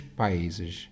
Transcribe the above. países